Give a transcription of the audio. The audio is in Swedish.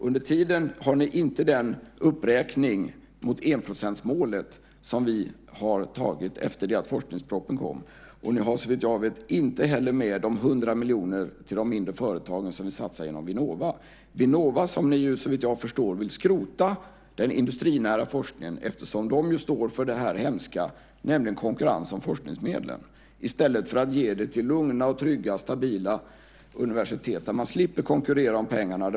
Under tiden har ni inte den uppräkning mot enprocentsmålet som vi har tagit efter det att forskningspropositionen kom. Ni har, såvitt jag vet, inte heller med 100 miljoner till de mindre företagen som vill satsa genom Vinnova. Vinnova, den industrinära forskningen, vill ni, såvitt jag förstår, skrota. De står ju för det hemska, nämligen konkurrens om forskningsmedlen - i stället för att ge det till lugna, trygga, stabila universitet där man slipper konkurrera om pengarna.